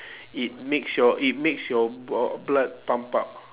it makes your it makes your blo~ blood pump up